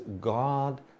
God